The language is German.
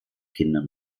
kinder